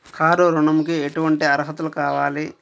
Car ఋణంకి ఎటువంటి అర్హతలు కావాలి?